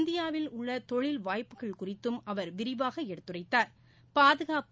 இந்தியாவில் உள்ளதொழில் வாய்ப்புகள் குறித்தும் அவர் விரிவாகஎடுத்துரைத்தாா்